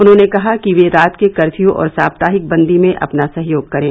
उन्होंने कहा कि वे रात के कप्यू और साप्ताहिक बंदी में अपना सहयोग करे